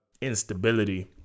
instability